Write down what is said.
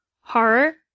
Horror